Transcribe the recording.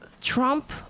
Trump